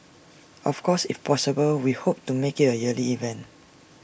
of course if possible we hope to make IT A yearly event